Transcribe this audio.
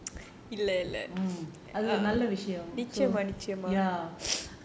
அது ஒரு நல்ல விஷயம்athu oru nalla vishayam